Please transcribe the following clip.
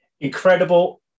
incredible